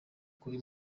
kuri